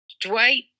Dwight